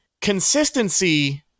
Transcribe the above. Consistency